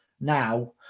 now